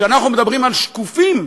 כשאנחנו מדברים על שקופים,